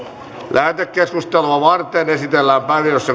lähetekeskustelua varten esitellään päiväjärjestyksen